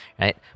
right